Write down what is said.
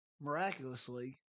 miraculously